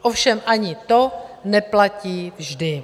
Ovšem ani to neplatí vždy.